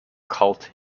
cult